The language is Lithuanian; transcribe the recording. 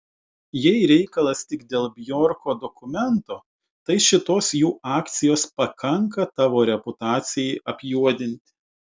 jei reikalas tik dėl bjorko dokumento tai šitos jų akcijos pakanka tavo reputacijai apjuodinti